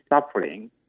suffering